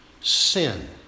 Sin